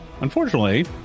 Unfortunately